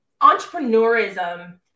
entrepreneurism